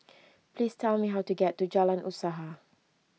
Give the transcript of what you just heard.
please tell me how to get to Jalan Usaha